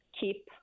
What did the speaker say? keep